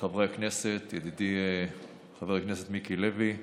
חברי הכנסת, ידידי חבר הכנסת מיקי לוי,